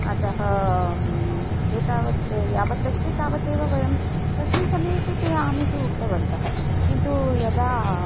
अतः एतावत् यावत् अस्ति तावदेव वयं तस्मिन् समये तु ते आम् इति उक्तवन्तः किन्तु यदा